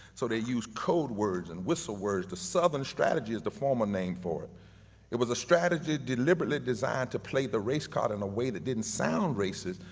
so, they used codewords and whistle words, the southern strategy is the former name for it. it was a strategy deliberately designed to play the race card in a way that didn't sound racist,